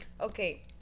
Okay